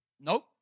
nope